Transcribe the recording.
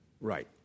Right